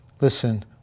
Listen